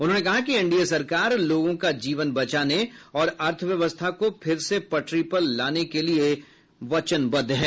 उन्होंने कहा कि एनडीए सरकार लोगों का जीवन बचाने और अर्थव्यवस्था को फिर से पटरी पर लाने के प्रति वचनबद्ध है